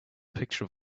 picture